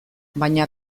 baina